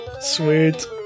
Sweet